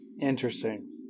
Interesting